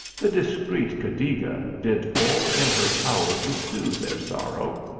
the discreet cadiga did all in her power to sooth their sorrow.